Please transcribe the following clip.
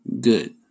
Good